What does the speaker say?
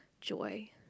joy